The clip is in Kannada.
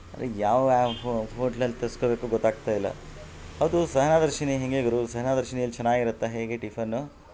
ಯಾವ ಹೋಟ್ಲಲ್ಲಿ ತರಿಸ್ಕೋಬೇಕು ಗೊತ್ತಾಗ್ತ ಇಲ್ಲ ಹೌದು ಸಹನಾ ದರ್ಶಿನಿ ಹೆಂಗೆ ಗುರು ಸಹನಾ ದರ್ಶಿನಿಯಲ್ಲಿ ಚೆನ್ನಾಗಿರುತ್ತಾ ಹೇಗೆ ಟಿಫನ್ನು